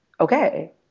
okay